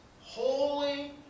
holy